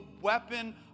weapon